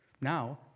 Now